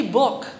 book